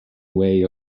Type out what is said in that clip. way